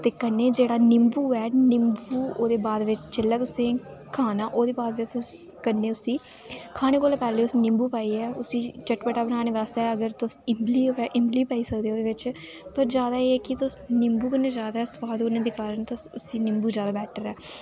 ते कन्नै जेह्ड़ा निम्बू ऐ निम्बू ओह्दे बाद बिच जेल्लै तुसें खाना ओह्दे बाद बिच कन्नै उसी खाने कोला पैह्ले उसी निम्बू पाइयै उसी चटपटा बनाने आस्तै अगर तुस इमली होऐ इमली पाई सकदे ओह्दे बिच जादा जेह्की तुस निम्बू कन्नै जादा स्वाद होने दे कारण तुस उसी निम्बू जादा बैटर ऐ